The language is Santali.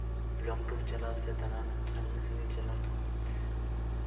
ᱞᱚᱝ ᱴᱩᱨ ᱫᱟᱬᱟᱱ ᱥᱮ ᱥᱟᱺᱜᱤᱧ ᱥᱟᱺᱜᱤᱧ ᱪᱟᱞᱟᱣ ᱫᱚ